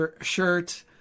shirt